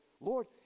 Lord